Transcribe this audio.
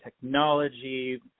technology